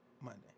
Monday